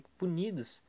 punidos